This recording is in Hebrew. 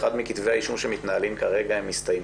מכתבי האישום שמתנהלים כרגע יסתיים?